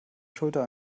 schulter